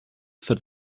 that